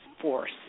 force